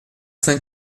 cinq